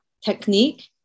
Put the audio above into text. technique